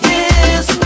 Yes